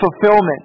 fulfillment